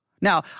Now